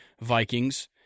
Vikings